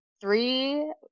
three